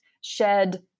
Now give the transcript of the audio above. shed